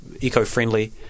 eco-friendly